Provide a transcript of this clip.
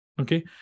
Okay